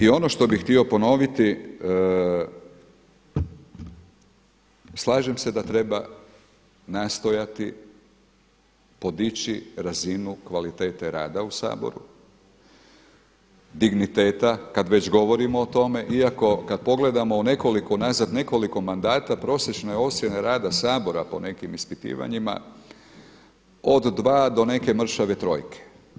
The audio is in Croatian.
I ono što bih htio ponoviti, slažem se da treba nastojati podići razinu kvalitete rada u Saboru, digniteta kada već govorimo o tome iako kada pogledamo u nekoliko, u nazad nekoliko mandata prosječne ocjene rada Sabora po nekim ispitivanjima od 2 do neke mršave trojke.